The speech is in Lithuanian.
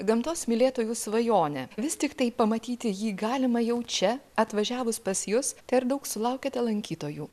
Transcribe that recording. gamtos mylėtojų svajonė vis tiktai pamatyti jį galima jau čia atvažiavus pas jus tai ar daug sulaukiate lankytojų